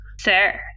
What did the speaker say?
Sir